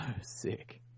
sick